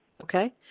Okay